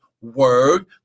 word